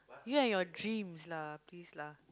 you and your dreams please lah